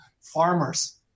farmers